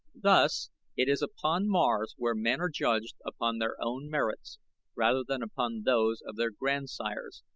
thus it is upon mars where men are judged upon their own merits rather than upon those of their grandsires,